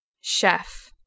Chef